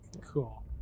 Cool